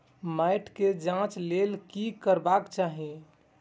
मैट के जांच के लेल कि करबाक चाही?